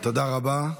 תודה רבה.